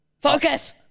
Focus